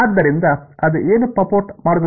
ಆದ್ದರಿಂದ ಅದು ಏನು ಪಾಪ್ ಔಟ್ ಮಾಡುತ್ತದೆ